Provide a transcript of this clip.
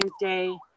Day